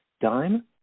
Dime